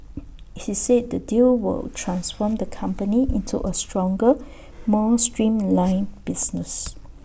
he said the deal will transform the company into A stronger more streamlined business